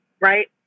right